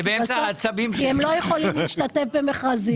כי הם לא יכולים להשתתף במכרזים.